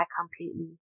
completely